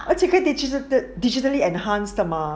而且可以 digit~ digitally enhanced 的吗